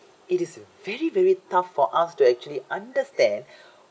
it is very very tough for us to actually understand